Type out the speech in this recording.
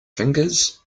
fingers